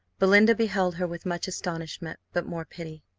belinda beheld her with much astonishment, but more pity.